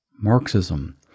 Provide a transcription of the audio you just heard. Marxism